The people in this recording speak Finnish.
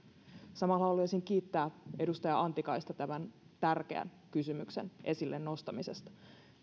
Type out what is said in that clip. samalla haluaisin kiittää edustaja antikaista tämän tärkeän kysymyksen esille nostamisesta